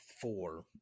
four